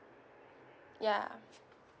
ya